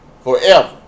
forever